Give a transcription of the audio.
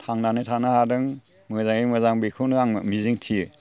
थांनानै थानो हादों मोजाङै मोजां बेखौनो आं मिजिं थियो